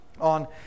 on